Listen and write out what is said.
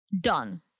Done